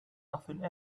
nothing